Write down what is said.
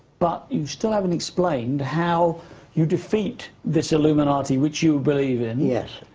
but you still haven't explained how you defeat this illuminati, which you believe in. yes,